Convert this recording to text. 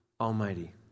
Almighty